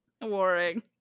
Warring